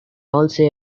also